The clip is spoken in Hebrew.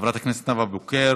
חברת הכנסת נאוה בוקר,